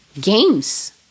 games